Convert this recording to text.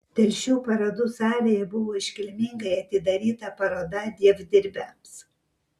telšių parodų salėje buvo iškilmingai atidaryta paroda dievdirbiams